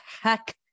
heck